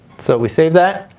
so we save that.